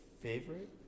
favorite